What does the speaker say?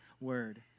word